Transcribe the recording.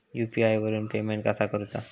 UPI वरून payment कसा करूचा?